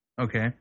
Okay